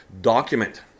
document